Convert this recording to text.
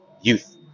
Youth